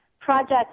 projects